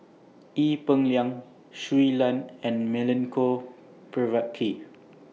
Ee Peng Liang Shui Lan and Milenko Prvacki